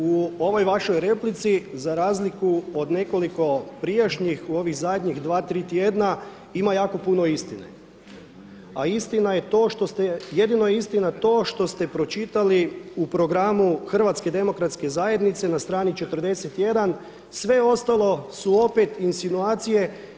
U ovoj vašoj replici za razliku od nekoliko prijašnjih, u ovih zadnjih dva, tri tjedna ima jako puno istine, a istina je to što ste, jedino je istina to što ste pročitali u programu Hrvatske demokratske zajednice na strani 41. sve ostalo su opet insinuacije.